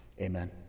Amen